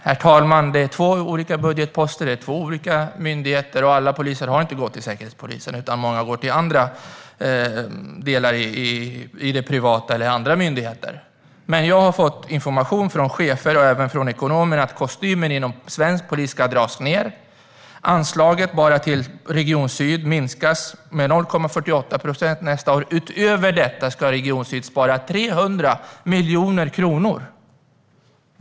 Herr talman! Det är två olika budgetposter och två olika myndigheter. Alla poliser har inte gått till Säkerhetspolisen, utan många har gått till det privata eller till andra myndigheter. Men jag har fått information från chefer och även från ekonomer om att kostymen för svensk polis ska dras ned. Anslaget bara till Region Syd minskas med 0,48 procent nästa år. Utöver detta ska Region Syd spara 300 miljoner kronor.